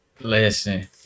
Listen